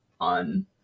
on